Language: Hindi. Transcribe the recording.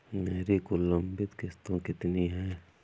मेरी कुल लंबित किश्तों कितनी हैं?